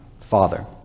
father